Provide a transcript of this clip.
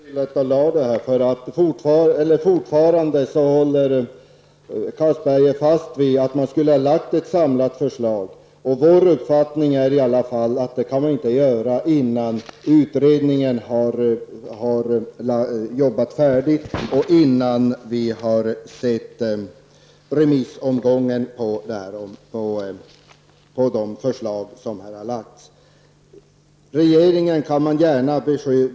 Herr talman! Det var bra att Anders Castberger känner till att man lade fram detta förslag. Fortfarande håller Anders Castberger fast vid att man skulle ha lagt fram ett samlat förslag. Vår uppfattning är i alla fall att man inte kan göra det innan utredningen har arbetat färdigt eller vi har sett resultatet av remissomgången efter de förslag som har lagts fram.